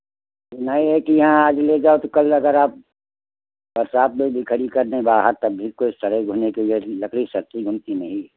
नहीं है की यहाँ आज ले जाओ तो कल अगर आप बरसात में भी खड़ी कर दें बाहर तब भी कोई सड़े घुलने की लिए लकड़ी सड़ती नहीं है